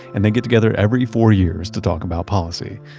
and they get together every four years to talk about policy.